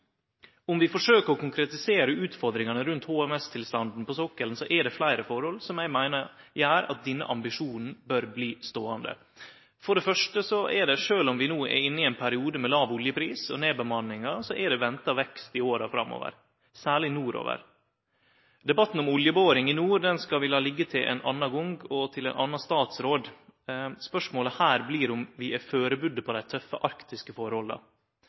Om vi forsøkjer å konkretisere utfordringane rundt HMT-tilstanden på sokkelen, er det fleire forhold som eg meiner gjer at den ambisjonen bør bli ståande. For det første er det – sjølv om vi no er inne i ein periode med låg oljepris og nedbemanningar – venta vekst i åra framover, særleg nordpå. Debatten om oljeboring i nord skal vi la liggje til ein annan gong og til ein annan statsråd. Spørsmålet her blir om vi er førebudde på dei tøffe arktiske forholda.